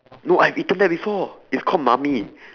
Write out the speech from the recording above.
no I've eaten that before it's called mamee